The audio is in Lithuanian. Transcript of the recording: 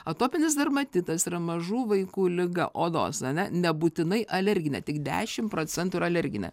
atopinis dermatitas yra mažų vaikų liga odos ane nebūtinai alerginė tik dešimt procentų yra alerginė